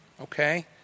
Okay